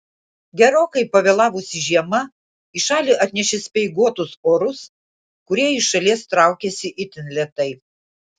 gerokai pavėlavusi žiema į šalį atnešė speiguotus orus kurie iš šalies traukiasi itin lėtai